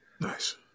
Nice